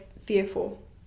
fearful